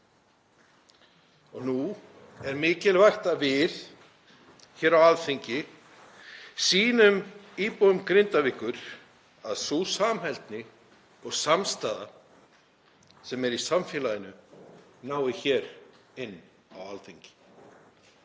Nú er mikilvægt að við á Alþingi sýnum íbúum Grindavíkur að sú samheldni og samstaða sem er í samfélaginu nái inn á Alþingi.